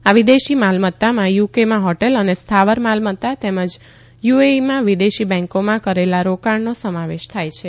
આ વિદેશી માલમત્તામાં યુકેમાં હોટેલ અને સ્થાવર માલમત્તા તેમજ યુએઈમાં વિદેશી બેન્કોમાં કરેલા રોકાણનો સમાવેશ થાય છે